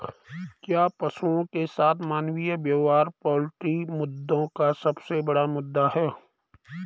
क्या पशुओं के साथ मानवीय व्यवहार पोल्ट्री मुद्दों का सबसे बड़ा मुद्दा है?